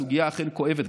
הסוגיה אכן כואבת,